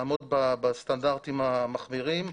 לעמוד בסטנדרטים המחמירים,